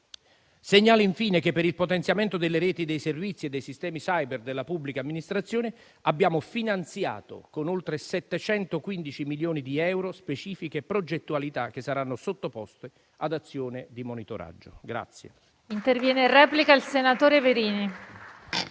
Segnalo, infine, che per il potenziamento delle reti dei servizi e dei sistemi *cyber* della pubblica amministrazione, abbiamo finanziato con oltre 715 milioni di euro specifiche progettualità che saranno sottoposte ad azione di monitoraggio.